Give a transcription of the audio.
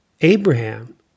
Abraham